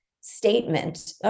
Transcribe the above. statement